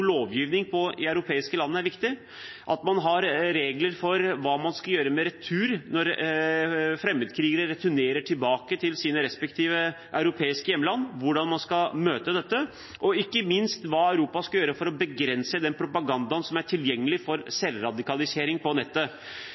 lovgivning i europeiske land er viktig, at man har regler for hva man skal gjøre når fremmedkrigere returnerer til sine respektive europeiske hjemland, og hvordan man skal møte dette, og ikke minst hva Europa skal gjøre for å begrense den propagandaen som er tilgjengelig for selvradikalisering på nettet.